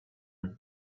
and